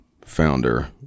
founder